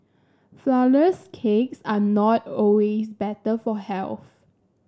flourless cakes are not always better for health